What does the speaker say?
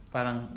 Parang